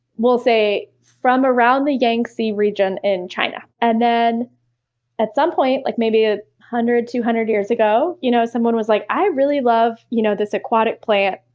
we'll say, from around the yangtze region in china. and at some point like maybe a hundred, two hundred years ago, you know someone was like, i really love you know this aquatic plant.